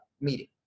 meeting